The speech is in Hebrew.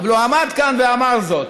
אבל הוא עמד כאן ואמר זאת.